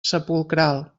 sepulcral